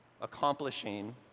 accomplishing